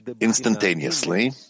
instantaneously